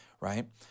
right